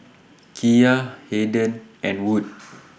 Kiya Harden and Wood